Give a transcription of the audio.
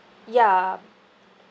ya